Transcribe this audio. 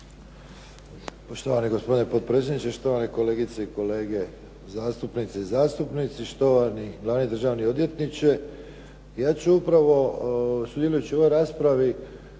Poštovani gospodine potpredsjedniče, štovane kolegice i kolege zastupnice i zastupnici, štovani glavni državni odvjetniče. Ja ću upravo sudjelujući u ovoj raspravi